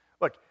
Look